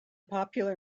popular